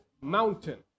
mountain